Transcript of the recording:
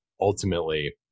ultimately